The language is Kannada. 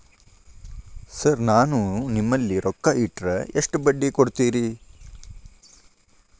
ಸರ್ ನಾನು ನಿಮ್ಮಲ್ಲಿ ರೊಕ್ಕ ಇಟ್ಟರ ಎಷ್ಟು ಬಡ್ಡಿ ಕೊಡುತೇರಾ?